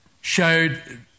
showed